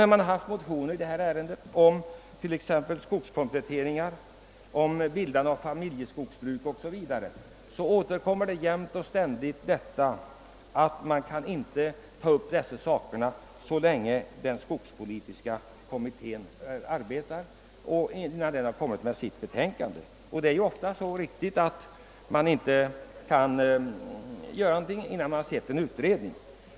När det har väckts motioner i detta ärende — om skogskompletteringar, om bildande av familjeskogsbruk o.s.v. — har jämt och ständigt det argumentet återkommit att man inte kan ta upp sådana förslag innan den skogspolitiska kommittén har presenterat sitt betänkande, och det är ofta riktigt att man inte kan göra någonting under pågående utredning.